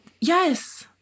Yes